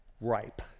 Ripe